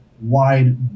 wide